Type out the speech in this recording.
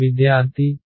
విద్యార్థి x